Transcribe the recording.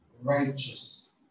righteous